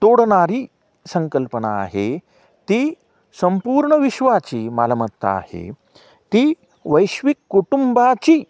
तोडणारी संकल्पना आहे ती संपूर्ण विश्वाची मालमत्ता आहे ती वैश्विक कुटुंबाची